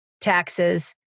taxes